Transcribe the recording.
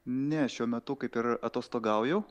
ne šiuo metu kaip ir atostogauju